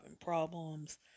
problems